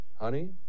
Honey